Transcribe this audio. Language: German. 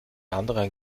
anderen